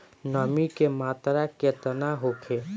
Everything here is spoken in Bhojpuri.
नमी के मात्रा केतना होखे?